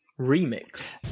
remix